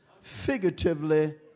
figuratively